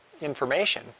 information